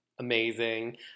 amazing